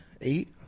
Eight